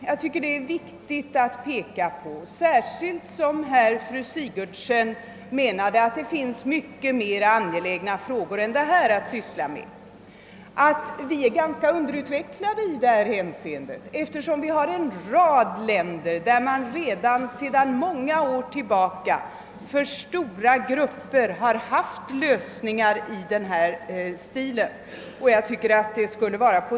Jag tycker det är viktigt att påpeka — särskilt som fru Sigurdsen framhöll att det finns mycket mer angelägna frågor att syssla med — att vi är ganska underutvecklade i det här avseendet, eftersom man i en rad länder sedan många år tillbaka har haft liknande lösningar för stora grupper.